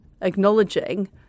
acknowledging